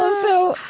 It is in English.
ah so,